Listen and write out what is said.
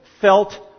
felt